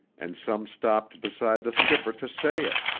and some stopped beside the skipper to say it,